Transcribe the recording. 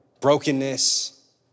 brokenness